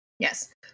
Yes